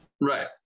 Right